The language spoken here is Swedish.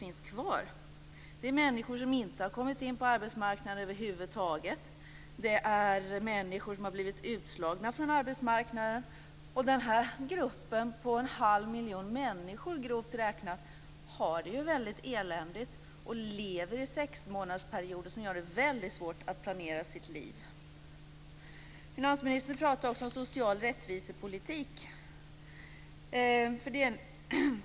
Det handlar om människor som inte har kommit in på arbetsmarknaden över huvud taget, och det handlar om människor som har blivit utslagna från arbetsmarknaden. Den här gruppen - grovt räknat en halv miljon människor - har det mycket eländigt. De lever i sexmånadersperioder som gör det väldigt svårt för dem att planera sina liv. Finansministern pratar också om social rättvisepolitik.